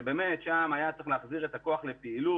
שם היה צריך להחזיר את הכוח לפעילות,